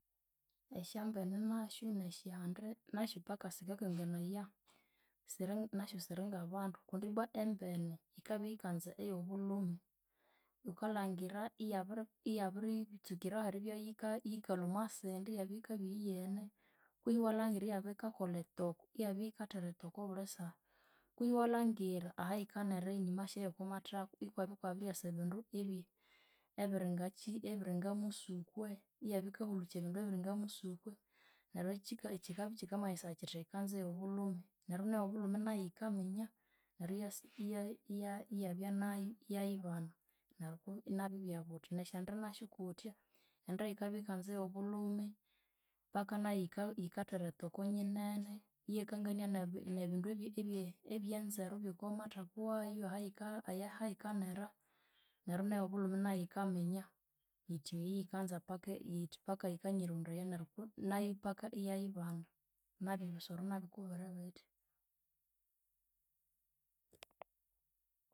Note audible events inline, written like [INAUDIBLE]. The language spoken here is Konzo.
Esyambene nasyu nesyande nasyu paka sikakanganaya siri nasyu siringabandu kundi ibwa embene yikabya yikanza eyobulhumi wukalhangira iyabiri iyabiritsukirahu eribya yika yikalwa omwasindi yabya yikabya iyiyene kwehi iwalhangira iyabya yikakolha etoko iyabya yikathera etoko abuli saha kwehi iwalhangira ahayikanera enyuma okwamathaku ikwabya ikwabiryasa ebindu ebiringakyi ebiringamusukwe iyabya yikahulukya ebindu ebiringamusukwe neryu ekyikakyikamanyisaya kyithi yikanza eyobulhume neryu neyobulhumi nayu yikaminya neryu iyasa [HESITATION] iya- iyabyanayu iyayibana neryu nabyu ibyabutha. Nesyande nasyu kutya ende yikabya yikanza eyobulhumi paka nayu yikathera ethoko nyinene iyakangania ne- nebindu ebye ebyenzeru byokwamathaku wayu ahayika ahayikanera neryu neyobulhumi nayu yikaminya yithi eyi yikanza paka yithi yikanyirondaya nayu paka iyayibana. Nabyu bisoro nabyu kubiribitya